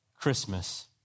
Christmas